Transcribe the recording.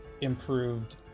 improved